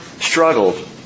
struggled